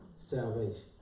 salvation